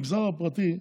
המגזר הפרטי,